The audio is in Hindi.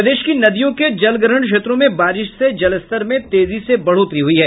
प्रदेश की नदियों के जलग्रहण क्षेत्रों में बारिश से जलस्तर में तेजी से बढ़ोतरी हुई है